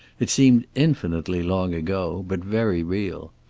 it seemed infinitely long ago, but very real.